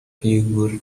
figures